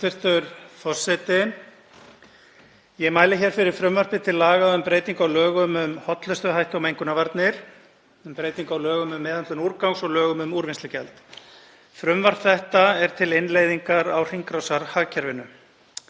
þetta er til innleiðingar á hringrásarhagkerfinu.